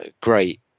great